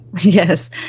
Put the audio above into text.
Yes